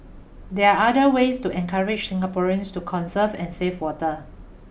there other ways to encourage Singaporeans to conserve and save water